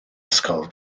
ysgol